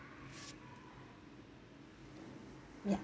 yup